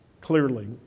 clearly